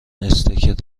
استیک